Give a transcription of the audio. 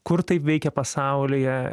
kur taip veikia pasaulyje